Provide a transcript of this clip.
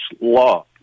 Law